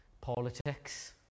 politics